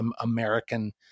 american